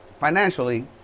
financially